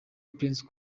prince